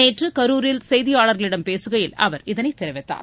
நேற்று கரூரில் செய்தியாளர்களிடம் பேசுகையில் அவர் இதனை தெரிவித்தார்